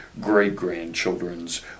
great-grandchildren's